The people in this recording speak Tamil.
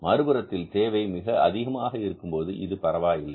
ஆனால் மறுபுறத்தில் தேவை மிக அதிகமாக இருக்கும்போது இது பரவாயில்லை